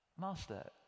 Master